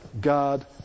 God